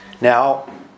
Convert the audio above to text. Now